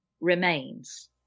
remains